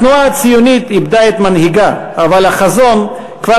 התנועה הציונית איבדה את מנהיגה אבל החזון כבר